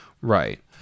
right